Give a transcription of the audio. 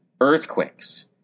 earthquakes